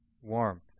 warmth